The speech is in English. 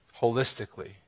Holistically